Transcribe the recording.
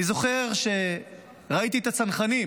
אני זוכר שראיתי את הצנחנים